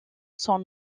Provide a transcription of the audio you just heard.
son